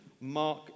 Mark